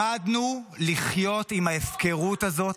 למדנו לחיות עם ההפקרות הזאת.